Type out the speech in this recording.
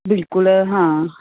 ਬਿਲਕੁਲ ਹਾਂ